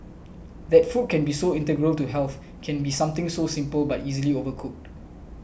that food can be so integral to health can be something so simple but easily overlooked